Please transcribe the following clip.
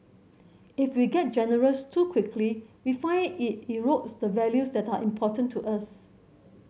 if we get generous too quickly we find it erodes the values that are important to us